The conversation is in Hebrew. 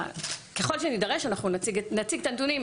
ככל שנידרש אנחנו נציג את הנתונים.